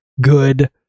good